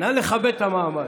נא לכבד את המעמד.